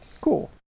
Cool